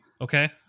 okay